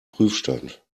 prüfstand